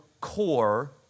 core